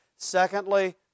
Secondly